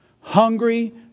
hungry